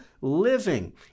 living